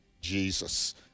Jesus